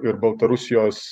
ir baltarusijos